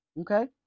okay